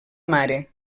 mare